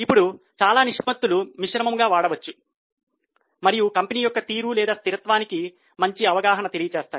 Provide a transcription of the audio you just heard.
ఇప్పుడు చాలా నిష్పత్తులు మిశ్రమంగా వాడవచ్చు మరియు కంపెనీ యొక్క తీరు లేదా స్థిరత్వానికి మంచి అవగాహన తెలియజేస్తాయి